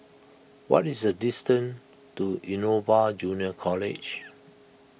what is the distance to Innova Junior College